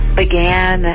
began